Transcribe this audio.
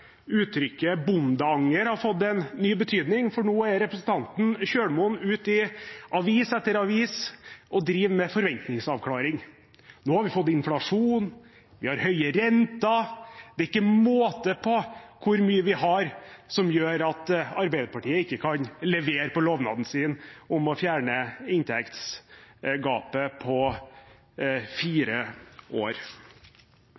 uttrykket «bondeanger» har fått en ny betydning, for nå er representanten Kjølmoen ute i avis etter avis og driver med forventningsavklaring: Nå har vi fått inflasjon, vi har høye renter. Det er ikke måte på hvor mye vi har som gjør at Arbeiderpartiet ikke kan levere på lovnaden sin om å fjerne inntektsgapet på